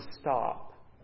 stop